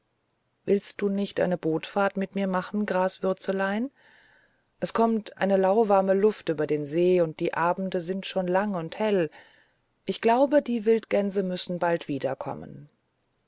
willst du nicht eine bootfahrt mit mir machen graswürzelein es kommt eine lauwarme luft über den see und die abende sind schon lang und hell ich glaube die wildgänse müssen bald wiederkommen